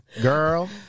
Girl